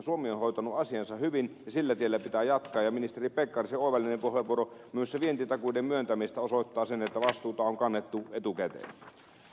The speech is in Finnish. suomi on hoitanut asiansa hyvin ja sillä tiellä pitää jatkaa ja ministeri pekkarisen oivallinen puheenvuoro myös se vientitakuiden myöntäminen osoittaa sen että vastuuta on kannettu etukäteen